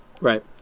right